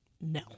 No